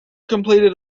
completed